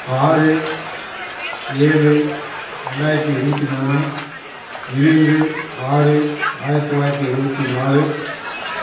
ஆறு ஏழு ரெண்டாயிரத்தி இருபத்தி மூணு இருபது ஆறு ஆயிரத்தி தொள்ளாயிரத்தி எழுபத்தி நாலு